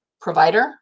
provider